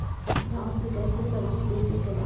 गांव से कैसे सब्जी बेचे के बा?